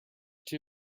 too